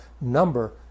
number